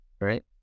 Right